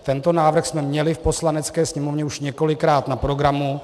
Tento návrh jsme měli v Poslanecké sněmovně už několikrát na programu.